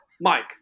Mike